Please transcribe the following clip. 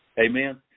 Amen